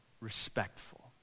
respectful